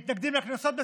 מתנגדים לקנסות?